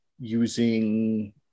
using